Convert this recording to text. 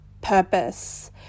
purpose